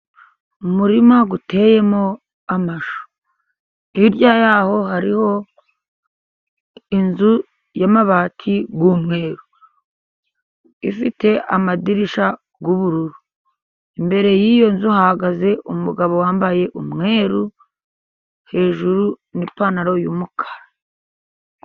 Umurima uteyemo amashu, hirya y'aho hariho inzu y'amabati y'umweru, ifite amadirishya y'ubururu, imbere y'iyo nzu hahagaze umugabo wambaye umweru hejuru, n'ipantaro y'umukara.